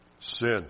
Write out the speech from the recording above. sin